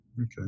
Okay